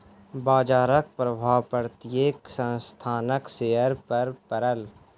बजारक प्रभाव प्रत्येक संस्थानक शेयर पर पड़ल